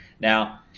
Now